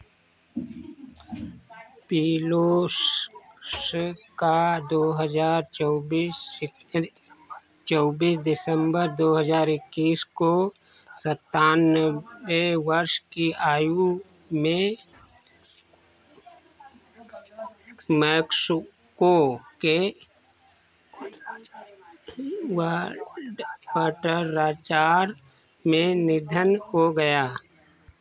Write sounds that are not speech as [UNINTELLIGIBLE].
पेलोस स का दो हज़ार चौबीस [UNINTELLIGIBLE] चौबीस दिसम्बर दो हज़ार एक्कीस को सत्तानवे वर्ष की आयु में मैक्सिको के [UNINTELLIGIBLE] में निधन हो गया